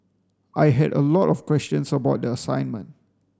I had a lot of questions about the assignment